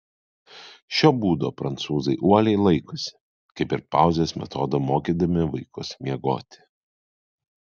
šio būdo prancūzai uoliai laikosi kaip ir pauzės metodo mokydami vaikus miegoti